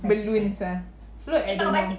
balloons ah float I don't know